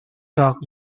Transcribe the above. talk